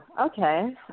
okay